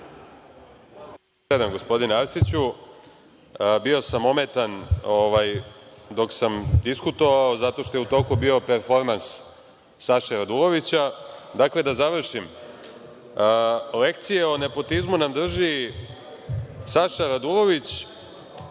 27, gospodine Arsiću. Bio sam ometan dok sam diskutovao zato što je u toku bio performans Saše Radulovića. Dakle, da završim. Lekcije o nepotizmu nam drži Saša Radulović